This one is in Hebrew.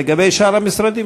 לגבי שאר המשרדים,